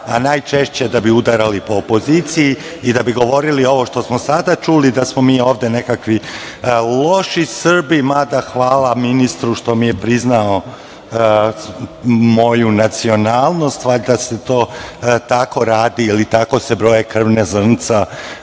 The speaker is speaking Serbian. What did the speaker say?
a najčešće da bi udarali po opoziciji i da bi govorili ovo što smo sada čuli, da smo mi ovde nekakvi loši Srbi. Mada, hvala ministru što mi je priznao moju nacionalnost, valjda se to tako radi ili tako se broje krvna zrnca